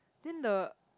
then the